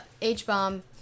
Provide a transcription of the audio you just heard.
H-Bomb